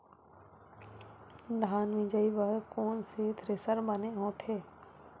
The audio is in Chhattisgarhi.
धान मिंजई बर कोन से थ्रेसर बने होथे?